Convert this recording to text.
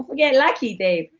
yeah lucky, dave.